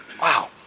Wow